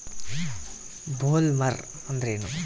Bollworm ಅಂದ್ರೇನು?